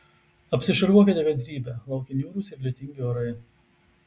apsišarvuokite kantrybe laukia niūrūs ir lietingi orai